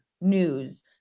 news